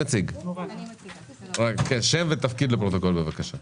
בבקשה, מי מציג?